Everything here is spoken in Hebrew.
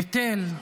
ביטל,